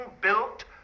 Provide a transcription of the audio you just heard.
built